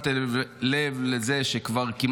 אני לא יודע אם שמתם לב לזה שכבר כמעט